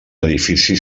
edifici